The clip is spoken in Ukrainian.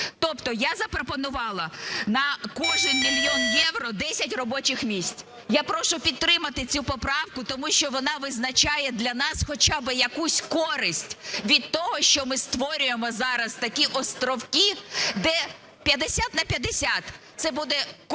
Тобто я запропонувала: на кожен мільйон євро – 10 робочих місць. Я прошу підтримати цю поправку, тому що вона визначає для нас хоча би якусь користь від того, що ми створюємо зараз такі островки, де 50 на 50 це буде користі,